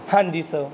ਹਾਂਜੀ ਸਰ